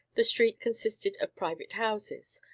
the street consisted of private houses,